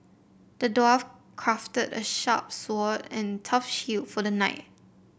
the dwarf crafted a sharp sword and tough shield for the knight